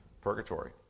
Purgatory